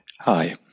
Hi